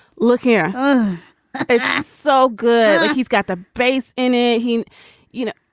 look here. um it's so good. look, he's got the base in it. he you know,